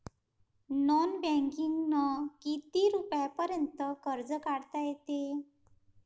Non बँकिंगनं किती रुपयापर्यंत कर्ज काढता येते?